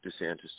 DeSantis